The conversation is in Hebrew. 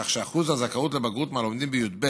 כך שאחוז הזכאים לבגרות מהלומדים בי"ב